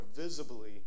visibly